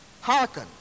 Hearken